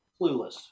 clueless